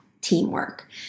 teamwork